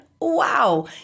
wow